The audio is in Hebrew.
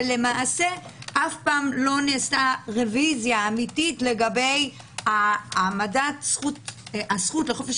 ולמעשה אף פעם לא נעשתה רביזיה אמיתית לגבי העמדת הזכות לחופש